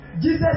Jesus